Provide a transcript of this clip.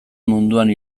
munduan